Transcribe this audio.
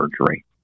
surgery